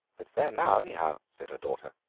it's there now, anyhow, said her daughter.